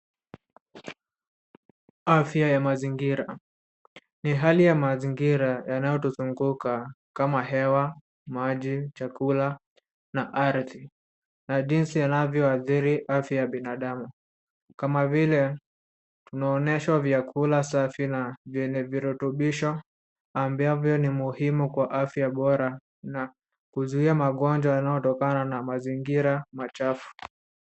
Afya ya mazingira. Ni hali ya mazingira yanayotuzunguka kama hewa, maji, chakula na arthi, na jinsi yanavyo athiri afya ya binadamu. Kama vile, tunaonyeshwa vyakula safi na vyenye virutubisho ambavyo ni muhimu kwa afya bora na kuzuia magonjwa yanayotokana na mazingira machafu.